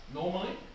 normally